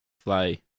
fly